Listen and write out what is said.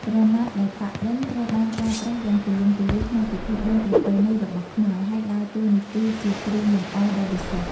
ក្រណាត់ដែលប៉ាក់-ឌិន ត្រូវបានប្រើប្រាស់យ៉ាងទូលំទូលាយក្នុងពិធីបុណ្យប្រពៃណីរបស់ខ្មែរ ហើយដើរតួនាទីជាគ្រឿងលម្អដ៏វិសេស។